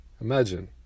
Imagine